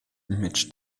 midge